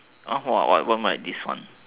what was this one